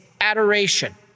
adoration